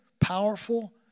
powerful